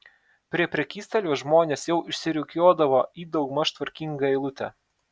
prie prekystalio žmonės jau išsirikiuodavo į daugmaž tvarkingą eilutę